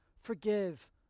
forgive